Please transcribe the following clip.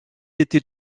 été